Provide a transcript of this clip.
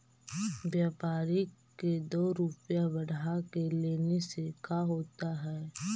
व्यापारिक के दो रूपया बढ़ा के लेने से का होता है?